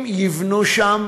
אם יבנו שם